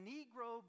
Negro